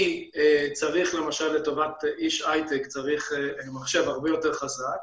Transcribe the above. כי צריך למשל לטובת איש הייטק מחשב הרבה יותר חזק,